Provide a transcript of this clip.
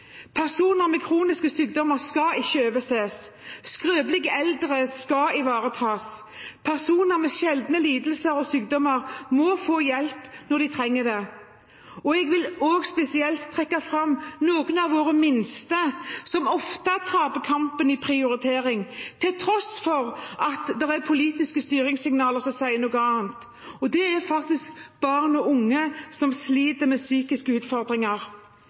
Personer med kroniske sykdommer skal ikke overses. Skrøpelige eldre skal ivaretas. Personer med sjeldne lidelser og sykdommer må få hjelp når de trenger det. Jeg vil også spesielt trekke fram noen av våre minste, som ofte taper i kampen om prioritering – til tross for at det er politiske styringssignaler som sier noe annet – nemlig barn og unge som sliter med psykiske utfordringer.